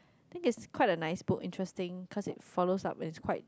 I think it's quite a nice book interesting cause it follows up and it's quite